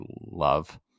love